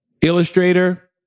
Illustrator